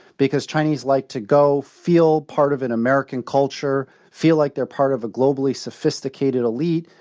because chinese like to go feel part of an american culture, feel like they're part of a globally sophisticated elite,